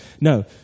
No